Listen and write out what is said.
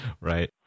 Right